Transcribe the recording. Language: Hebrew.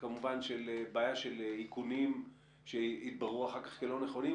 כמובן בעיה של איכונים שהתבררו אחר כך כלא נכונים,